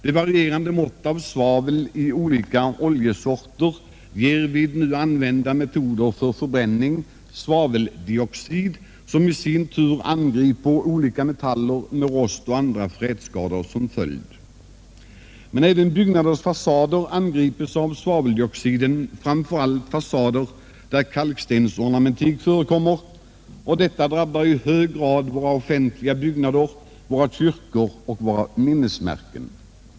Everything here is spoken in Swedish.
De varierande måtten av svavel i olika oljesorter ger med nu använda metoder för förbränning svaveldioxid, som i sin tur angriper olika metaller, med rost och andra frätskador som följd. Men även byggnaders fasader angripes av svaveldioxiden. Framför allt gäller detta fasader där kalkstensornamentik förekommer. Detta drabbar i hög grad våra offentliga byggnader, våra kyrkor och våra minnesmärken.